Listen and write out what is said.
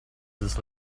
this